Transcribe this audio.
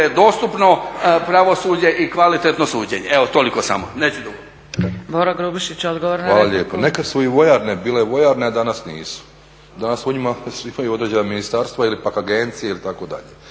dostupno pravosuđe i kvalitetno suđenje. Evo toliko samo, neću dugo.